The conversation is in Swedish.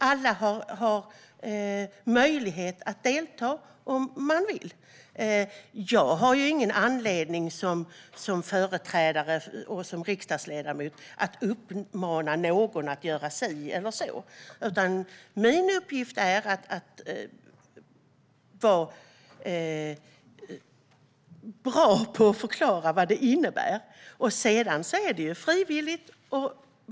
Alla har möjlighet att delta - om man vill. Jag har ingen anledning som företrädare och som riksdagsledamot att uppmana någon att göra si eller så, utan min uppgift är att vara bra på att förklara vad det innebär. Sedan är det frivilligt.